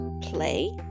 play